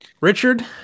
Richard